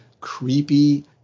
creepy